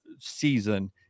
season